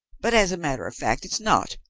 but as a matter of fact it's not,